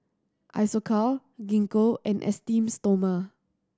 Isocal Gingko and Esteem Stoma